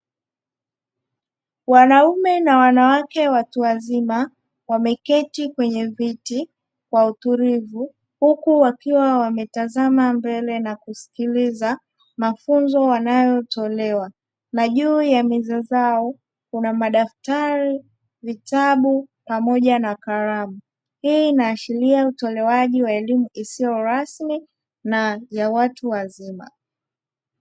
Wanaume na wanawake watu wazima wameketi kwa utulivu kwenye viti huku wakiwa wametazama mbele na kusikiliza mafunzo yanayotolewa; na juu ya meza zao kuna madaftari, vitabu pamoja na kalamu. Hii inaashiria utolewaji wa elimu isiyo rasmi na ya watu wazima.